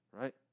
Right